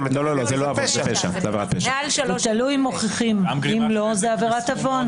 לא, זה לא עוון, זה עבירת פשע.